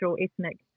ethnic